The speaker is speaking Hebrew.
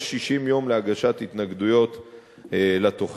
יש 60 יום להגשת התנגדויות לתוכנית.